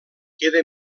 queda